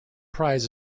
prize